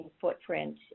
footprint